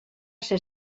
ser